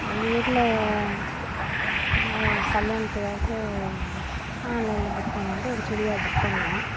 எங்கள் வீட்டில் கல்யாணத்துக்காக ஆன்லைனில் புக் பண்ணுவோம்னுட்டு ஒரு சுடிதார் புக் பண்ணினோம்